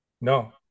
no